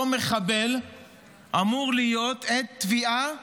אותו מחבל אמור להיות עד תביעה